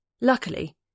Luckily